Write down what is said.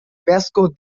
vasco